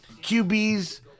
QBs